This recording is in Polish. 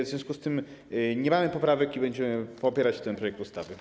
W związku z tym nie mamy poprawek i będziemy popierać ten projekt ustawy.